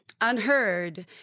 unheard